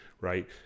right